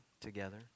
together